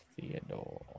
Theodore